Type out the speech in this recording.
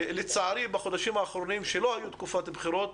לצערי בחודשים האחרונים שלא היו תקופת בחירות,